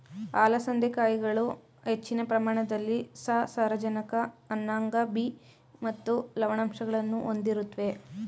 ಅಲಸಂದೆ ಕಾಯಿಗಳು ಹೆಚ್ಚಿನ ಪ್ರಮಾಣದಲ್ಲಿ ಸಸಾರಜನಕ ಅನ್ನಾಂಗ ಬಿ ಮತ್ತು ಲವಣಾಂಶಗಳನ್ನು ಹೊಂದಿರುತ್ವೆ